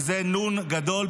וזה נו"ן גדול,